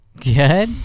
good